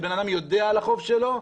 שאדם יודע על החוב שלו,